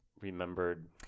remembered